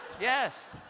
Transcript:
yes